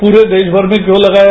पूरे देश में क्यों लगाया